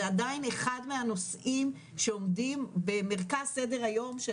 עדיין אחד מהנושאים שעומדים במרכז סדר היום של